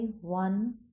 one